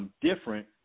different